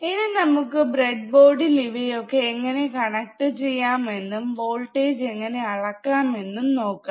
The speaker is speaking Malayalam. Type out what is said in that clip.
ഇനി നമുക്ക് ബ്രെഡ് ബോർഡിൽ ഇവയൊക്കെ എങ്ങനെ കണക്ട് ചെയ്യാം എന്നും വോൾട്ടേജ് എങ്ങനെ അളക്കാം എന്നു നോക്കാം